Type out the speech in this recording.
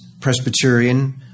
Presbyterian